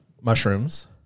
mushrooms